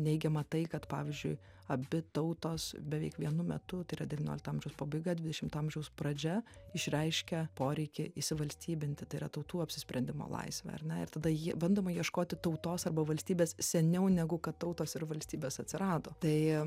neigiama tai kad pavyzdžiui abi tautos beveik vienu metu tai yra devyniolikto amžiaus pabaiga dvidešimto amžiaus pradžia išreiškia poreikį įsivalstybinti tai yra tautų apsisprendimo laisvę ar ne ir tada ji bandoma ieškoti tautos arba valstybės seniau negu kad tautos ir valstybės atsirado tai